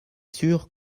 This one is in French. sûr